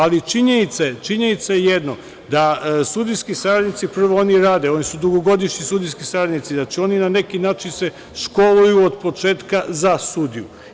Ali, činjenica je jedno, da sudijski saradnici prvo oni rade, oni su dugogodišnji sudijski saradnici, oni se na neki način školuju od početka za sudiju.